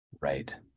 Right